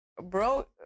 bro